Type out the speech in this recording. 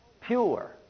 pure